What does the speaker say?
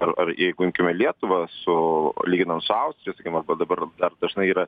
ar ar jeigu imkime lietuvą su lyginant su austrija arba dabar dar dažnai yra